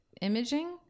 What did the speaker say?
imaging